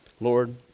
Lord